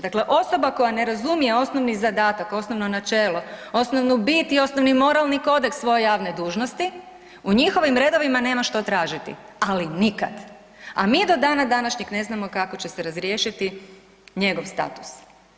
Dakle, osoba koja ne razumije osnovni zadatak, osnovno načelo, osnovnu bit i osnovni moral ni kodeks svoje javne dužnosti u njihovim redovima nema što tražiti ali nikad, a mi do dana današnjeg ne znamo kako će se razriješiti njegov status.